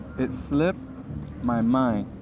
it slipped my mind.